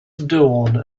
dawn